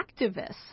activists